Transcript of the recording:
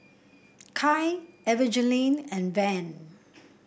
Kai Evangeline and Van